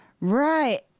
Right